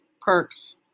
perks